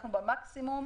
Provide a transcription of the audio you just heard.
אנחנו במקסימום,